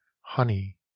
honey